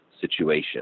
situation